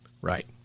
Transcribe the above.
Right